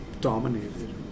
Dominated